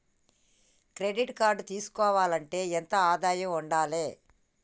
Credit card తీసుకోవాలంటే ఎంత ఆదాయం ఉండాలే?